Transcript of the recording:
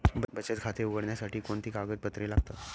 बचत खाते उघडण्यासाठी कोणती कागदपत्रे लागतात?